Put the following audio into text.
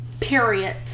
period